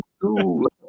cool